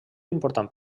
important